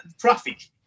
traffic